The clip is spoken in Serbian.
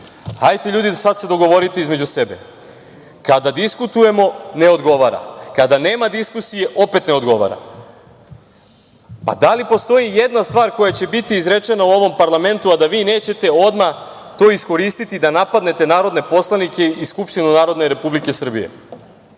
ljudi, sada se dogovorite između sebe. Kada diskutujemo ne odgovara, kada nema diskusije opet ne odgovara, pa da li postoji jedna stvar koja će biti izrečena u ovom parlamentu, a da vi nećete odmah to iskoristiti da napadnete narodne poslanike i Narodnu skupštinu Republike Srbije?